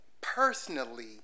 personally